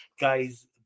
guys